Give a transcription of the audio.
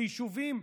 ביישובים,